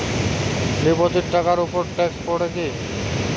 Deposit টাকার উপর tax পড়ে কি?